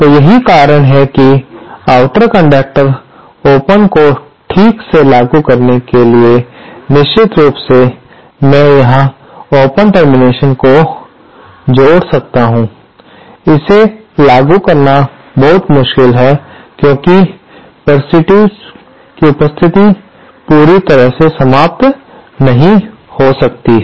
तो यही कारण है कि आउटर कंडक्टर ओपन को ठीक से लागू करने के लिए निश्चित रूप से मैं यहां ओपन टर्मिनेशन को जोड़ सकता हूं जिसे लागू करना बहुत मुश्किल है क्योंकि परसिटिक्स की उपस्थिति पूरी तरह से समाप्त नहीं हो सकती है